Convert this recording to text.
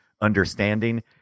understanding